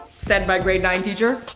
said by grade nine teacher.